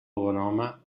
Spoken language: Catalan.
bonhome